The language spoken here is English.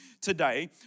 today